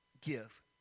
Give